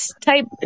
type